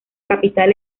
capital